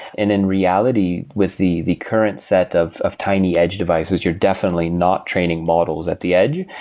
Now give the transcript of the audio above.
and in reality with the the current set of of tiny edge devices, you're definitely not training models at the edge,